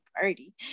Party